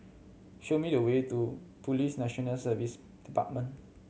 show me the way to Police National Service Department